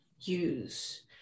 use